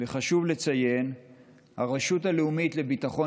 חשוב לציין שהרשות הלאומית לביטחון